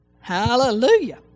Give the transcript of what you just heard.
Hallelujah